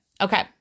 Okay